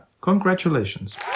congratulations